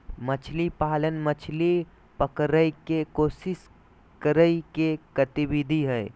मछली पालन, मछली पकड़य के कोशिश करय के गतिविधि हइ